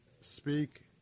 speak